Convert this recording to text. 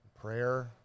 prayer